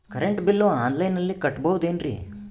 Current bill ಆನ್ಲೈನಿನಲ್ಲಿ ಕಟ್ಟಬಹುದು ಏನ್ರಿ?